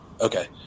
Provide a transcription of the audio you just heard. Okay